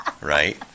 Right